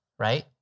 Right